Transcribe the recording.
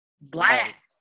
black